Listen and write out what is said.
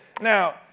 Now